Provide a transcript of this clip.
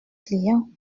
client